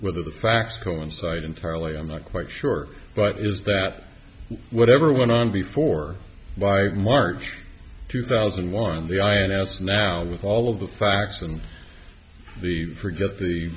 whether the facts coincide entirely i'm not quite sure but is that whatever went on before by march two thousand and one the ins now with all of the facts and the forget the